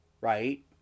right